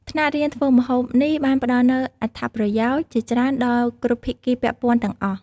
ថ្នាក់រៀនធ្វើម្ហូបនេះបានផ្តល់នូវ អត្ថប្រយោជន៍ ជាច្រើនដល់គ្រប់ភាគីពាក់ព័ន្ធទាំងអស់។